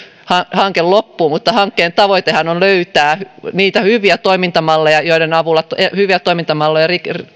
loppu mutta hankkeen tavoitehan on löytää niitä hyviä toimintamalleja joiden avulla hyviä toimintamalleja